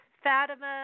Fatima